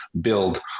build